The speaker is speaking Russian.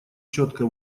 четко